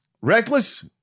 Reckless